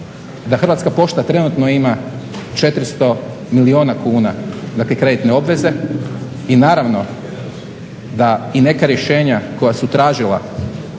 da Hrvatska pošta trenutno ima 400 milijuna kuna kreditne obveze i naravno da i neka rješenja koja su tražila